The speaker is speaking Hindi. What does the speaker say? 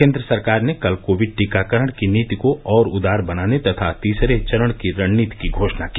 केन्द्र सरकार ने कल कोविड टीकाकरण की नीति को और उदार बनाने तथा तीसरे चरण की रणनीति की घोषणा की